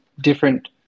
different